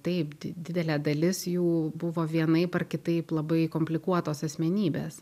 taip di didelė dalis jų buvo vienaip ar kitaip labai komplikuotos asmenybės